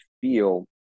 feel